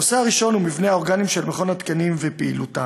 הנושא הראשון הוא מבנה האורגנים של מכון התקנים ופעילותם.